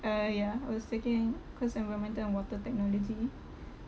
ah ya I was taking course in environmental and water technology